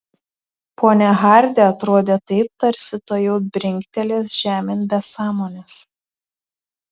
ponia hardi atrodė taip tarsi tuojau brinktelės žemėn be sąmonės